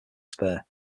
spare